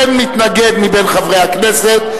אין מתנגד מבין חברי הכנסת.